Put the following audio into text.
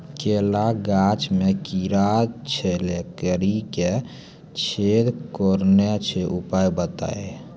केला गाछ मे कीड़ा छेदा कड़ी दे छ रोकने के उपाय बताइए?